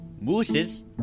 mooses